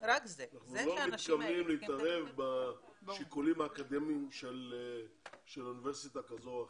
אנחנו לא מתכוונים להתערב בשיקולים האקדמיים של אוניברסיטה כזו או אחרת.